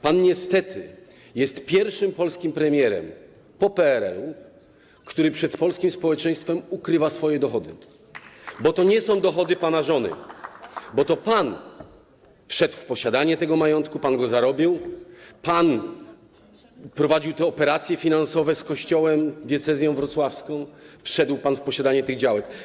Pan niestety jest pierwszym polskim premierem po PRL-u, który przed polskim społeczeństwem ukrywa swoje dochody, bo to nie są dochody pana żony, bo to pan wszedł w posiadanie tego majątku, pan na niego zarobił, pan prowadził te operacje finansowe z Kościołem, diecezją wrocławską, wszedł pan w posiadanie tych działek.